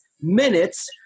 minutes